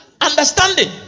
Understanding